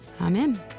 Amen